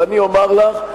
ואני אומר לך,